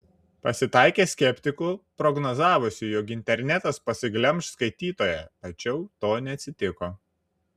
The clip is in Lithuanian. pasitaikė skeptikų prognozavusių jog internetas pasiglemš skaitytoją tačiau to neatsitiko